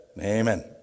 amen